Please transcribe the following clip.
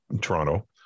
Toronto